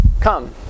come